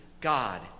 God